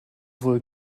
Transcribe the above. wohl